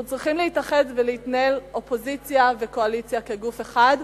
אנחנו צריכים להתאחד ולהתנהל אופוזיציה וקואליציה כגוף אחד.